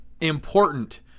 important